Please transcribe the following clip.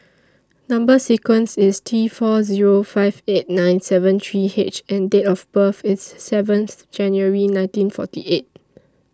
Number sequence IS T four Zero five eight nine seven three H and Date of birth IS seventh January nineteen forty eight